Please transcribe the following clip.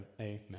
Amen